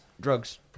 drugs